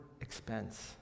expense